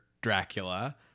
dracula